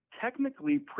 technically